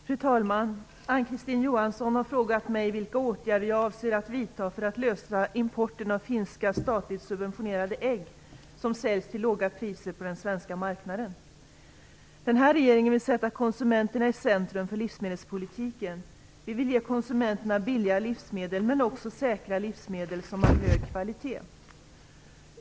Fru talman! Ann-Kristine Johansson har frågat mig vilka åtgärder jag avser vidta för att lösa importen av finska statligt subventionerade ägg som säljs till låga priser på den svenska marknaden. Den här regeringen vill sätta konsumenterna i centrum för livsmedelspolitiken. Vi vill ge konsumenterna billiga livsmedel men också säkra livsmedel som har hög kvalitet.